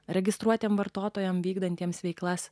registruotiems vartotojams vykdantiems veiklas